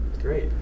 Great